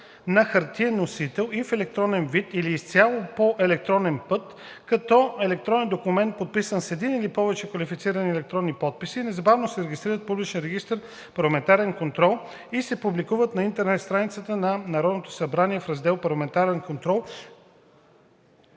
на хартиен носител и в електронен вид или изцяло по електронен път, като електронен документ, подписан с един или повече квалифицирани електронни подписи, незабавно се регистрират в публичен регистър „Парламентарен контрол“ и се публикуват на интернет страницата на Народното събрание в раздел „Парламентарен контрол.“,